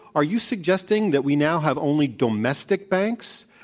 are you suggesting that we now have only domestic banks